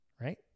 right